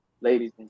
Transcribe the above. ladies